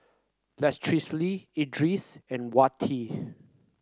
Lestari Idris and Wati